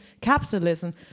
capitalism